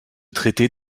traiter